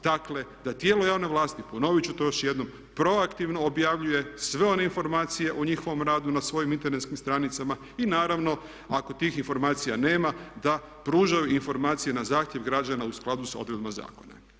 Dakle, da tijelo javne vlasti, ponovit ću to još jednom, proaktivno objavljuje sve one informacije o njihovom radu na svojim internetskim stranicama i naravno ako tih informacija nema da pružaju informacije na zahtjev građana u skladu s odredbama zakona.